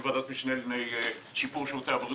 למשל בוועדת המשנה לשיפור שירותי הבריאות